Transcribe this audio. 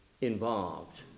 involved